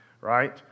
right